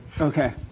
Okay